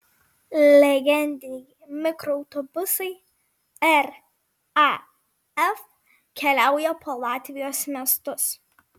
legendiniai mikroautobusai raf keliauja po latvijos miestus